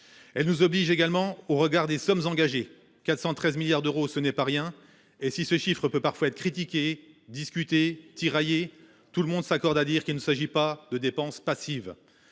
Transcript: Elle nous oblige également au regard des sommes engagées, 413 milliards d'euros, ce n'est pas rien. Et si ce chiffre peut parfois être critiqué discuter tiraillée tout le monde s'accorde à dire qu'il ne s'agit pas de dépenses passives.